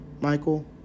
Michael